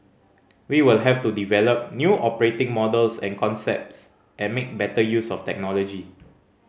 we will have to develop new operating models and concepts and make better use of technology